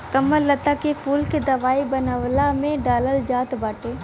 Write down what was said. कमललता के फूल के दवाई बनवला में डालल जात बाटे